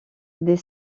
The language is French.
des